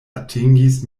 atingis